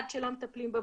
עד שלא מטפלים בבדיקות,